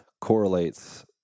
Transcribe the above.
correlates